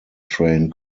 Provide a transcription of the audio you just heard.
train